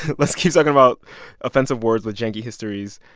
let's keep talking about offensive words with janky histories.